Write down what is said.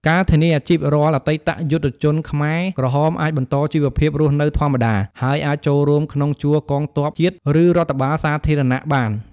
ការធានាអាជីព រាល់អតីតយុទ្ធជនខ្មែរក្រហមអាចបន្តជីវភាពរស់នៅធម្មតា ហើយអាចចូលរួមក្នុងជួរកងទ័ពជាតិ ឬរដ្ឋបាលសាធារណៈបាន។